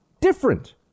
different